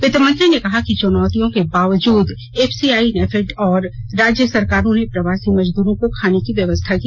वित मंत्री ने कहा कि चुनौतियों के बावजूद एफसीआई नैफेड और राज्य सरकारों ने प्रवासी मजदूरो को खाने की व्यवस्था की